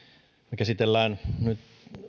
me käsittelemme nyt